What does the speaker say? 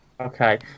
Okay